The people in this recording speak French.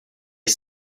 est